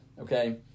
okay